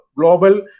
global